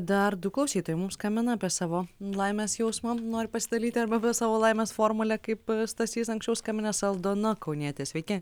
dar du klausytojai mums skambina apie savo laimės jausmą nori pasidalyti arba savo laimės formulę kaip stasys anksčiau skambinęs aldona kaunietė sveiki